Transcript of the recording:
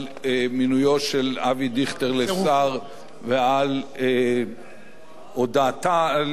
מינויו של אבי דיכטר לשר ועל הודעתה על